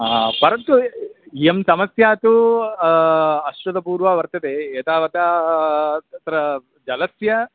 परन्तु इयं समस्या तु अष्टवर्षपूर्रं वर्तते एतावता तत्र जलस्य